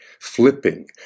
flipping